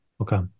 Okay